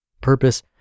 Purpose